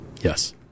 Yes